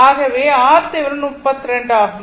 ஆகவே RThevenin 32 ஆகும்